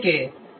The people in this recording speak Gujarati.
6 થાય